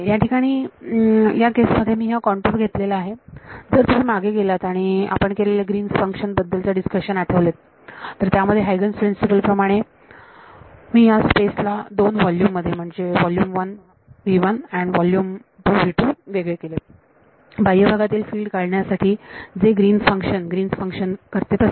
या ठिकाणी या केस मध्ये मी हा कंटूर घेतलेला आहे जर तुम्ही मागे गेलात आणि आपण केलेले ग्रीन्स फंक्शनGreen's function बद्दलचे डिस्कशन आठवलेत तर त्यामध्ये हायगन्स प्रिन्सिपलHuygen's Principle प्रमाणे मी ह्या स्पेस ला दोन व्हॉल्युम मध्ये म्हणजे व्हॉल्युम वन आणि व्हॉल्युम टू वेगळे केले बाह्यभागातील फिल्ड काढण्यासाठी जे ग्रीन्स फंक्शनGreen's function करते तसे